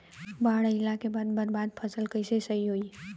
बाढ़ आइला के बाद बर्बाद फसल कैसे सही होयी?